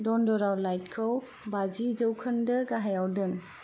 दन्दराव लाइटखौ बाजि जौखोन्दो गाहायाव दोन